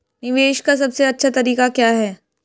निवेश का सबसे अच्छा तरीका क्या है?